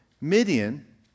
Midian